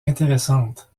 intéressante